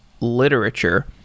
literature